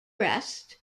breast